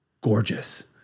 gorgeous